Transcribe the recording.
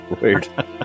Weird